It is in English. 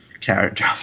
character